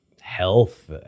health